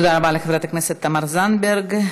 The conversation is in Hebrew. תודה רבה לחברת הכנסת תמר זנדברג.